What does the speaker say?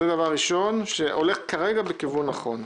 זה דבר ראשון שהולך כרגע בכיוון הנכון.